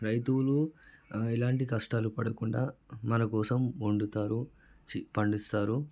రైతులు ఇలాంటి కష్టాలు పడకుండా మన కోసం వండుతారు చి పండిస్తారు